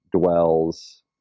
dwells